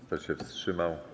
Kto się wstrzymał?